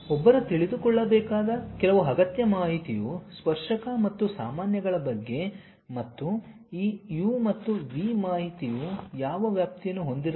ಒಬ್ಬರು ತಿಳಿದುಕೊಳ್ಳಬೇಕಾದ ಕೆಲವು ಅಗತ್ಯ ಮಾಹಿತಿಯು ಸ್ಪರ್ಶಕ ಮತ್ತು ಸಾಮಾನ್ಯಗಳ ಬಗ್ಗೆ ಮತ್ತು ಈ U ಮತ್ತು V ಮಾಹಿತಿಯು ಯಾವ ವ್ಯಾಪ್ತಿಯನ್ನು ಹೊಂದಿರುತ್ತದೆ